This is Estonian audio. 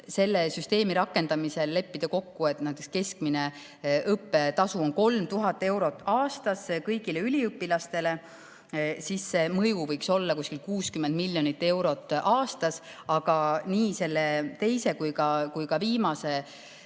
selle süsteemi rakendamisel leppida kokku, et näiteks keskmine õppetasu on 3000 eurot aastas kõigile üliõpilastele, siis see mõju võiks olla kuskil 60 miljonit eurot aastas. Aga nii teise kui ka viimase mudeli